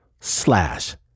slash